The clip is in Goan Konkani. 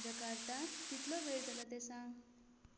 जकार्तात कितलो वेळ जाला तें सांग